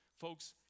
folks